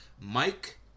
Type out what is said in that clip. Mike